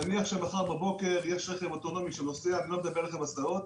נניח שמחר בבוקר יש רכב אוטונומי שהוא לא רכב הסעות,